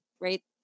right